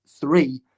three